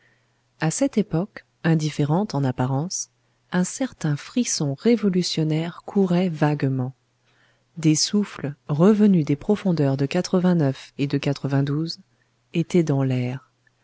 à cette époque indifférente en apparence un certain frisson révolutionnaire courait vaguement des souffles revenus des profondeurs de et de étaient dans l'air